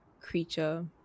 creature